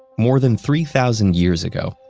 more than three thousand years ago,